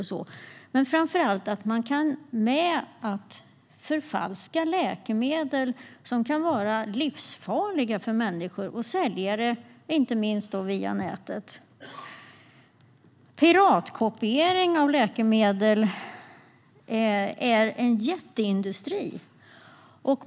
Men det gäller framför allt att man kan med att förfalska läkemedel som kan vara livsfarliga för människor och sälja dem inte minst via nätet. Piratkopiering av läkemedel är en jätteindustri.